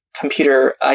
computer